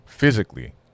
Physically